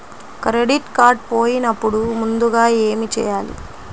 Credit card పోయినపుడు ముందుగా ఏమి చేయాలి?